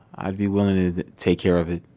i'd be willing to take care of it,